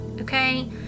okay